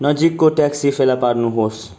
नजिकको ट्याक्सी फेला पार्नुहोस्